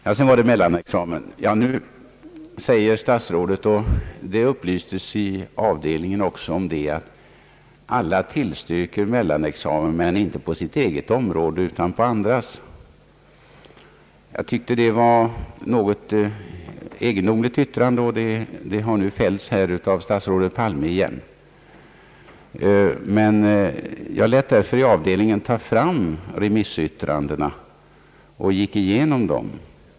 Beträffande mellanexamen säger statsrådet, vilket vi också upplystes om i avdelningen, att alla tillstyrker mellanexamen men inte på sitt eget område utan på andras. Jag tyckte att det var ett något egendomligt yttrande, och det har nu fällts här igen av statsrådet Palme. Jag lät i avdelningen ta fram remissyttrandena och gick igenom dem.